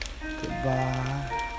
goodbye